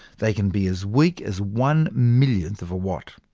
they can be as weak as one millionth of a watt.